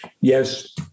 Yes